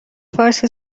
فارسی